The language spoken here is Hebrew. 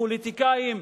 פוליטיקאים,